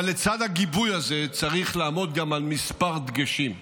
אבל לצד הגיבוי הזה, צריך לעמוד גם על כמה דגשים: